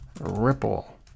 Ripple